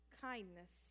kindness